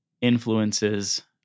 influences